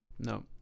No